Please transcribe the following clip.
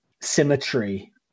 symmetry